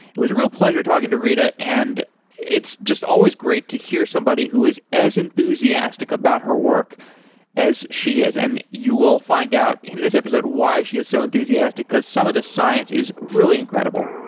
it was a real pleasure talking to rita and it's just always great to hear somebody who is as enthusiastic about her work as she is, and you will find out in this episode why she is so enthusiastic, because some of the science is really incredible.